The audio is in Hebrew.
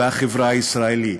ואת החברה הישראלית.